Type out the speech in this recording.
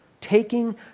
taking